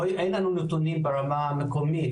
אין לנו נתונים ברמה המקומית,